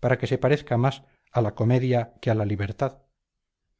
para que se parezca más a la comedia que a la libertad